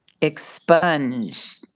expunge